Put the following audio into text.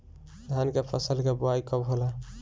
धान के फ़सल के बोआई कब होला?